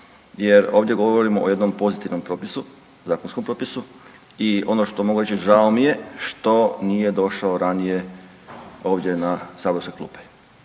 jer ovdje govorimo o jednom pozitivnom propisu, zakonskom propisu. I ono što mogu reći žao mi je što nije došao ranije ovdje na saborske klupe.